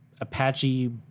Apache